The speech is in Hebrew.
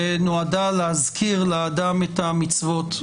שנועדה להזכיר לאדם את המצוות.